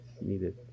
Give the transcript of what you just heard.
needed